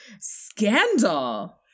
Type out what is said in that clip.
scandal